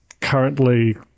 currently